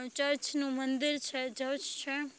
ચર્ચનું મંદિર છે ચર્ચ છે